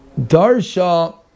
Darsha